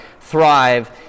thrive